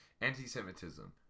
Anti-Semitism